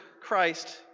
Christ